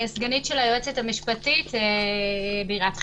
אני סגנית היועצת המשפטית בעיריית חיפה.